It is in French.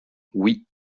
oui